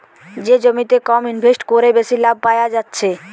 যে জমিতে কম ইনভেস্ট কোরে বেশি লাভ পায়া যাচ্ছে